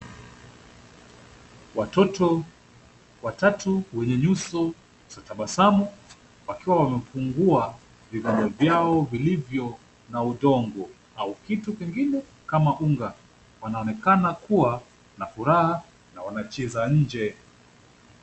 Watoto watatu wenye nyuso za tabasamu wakiwa wamefungua vidole vyao vilivyo na udongo au kitu kingine kama unga. Wanaonekana kuwa na furaha na wanacheza nje.